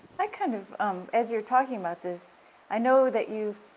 i kind of um as you're talking about this i know that you've